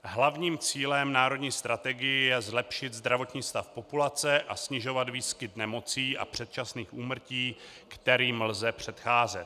Hlavním cílem národní strategie je zlepšit zdravotní stav populace a snižovat výskyt nemocí a předčasných úmrtí, kterým lze předcházet.